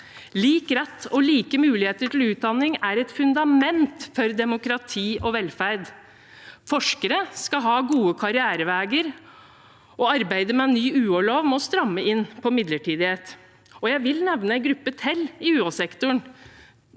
Lik rett og like muligheter til utdanning er et fundament for demokrati og velferd. Forskere skal ha gode karriereveier, og arbeidet med ny UH-lov må stramme inn på midlertidighet. Jeg vil nevne en gruppe til i UH-sektoren,